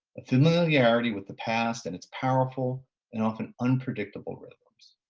a familiarity with the past, and it's powerful and often unpredictable rhythms,